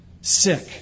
sick